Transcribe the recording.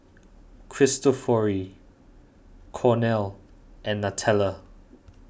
Cristofori Cornell and Nutella